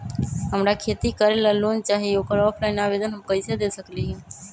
हमरा खेती करेला लोन चाहि ओकर ऑफलाइन आवेदन हम कईसे दे सकलि ह?